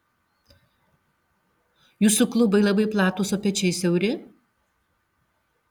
jūsų klubai labai platūs o pečiai siauri